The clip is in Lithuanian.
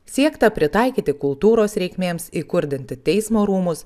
siekta pritaikyti kultūros reikmėms įkurdinti teismo rūmus